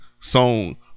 song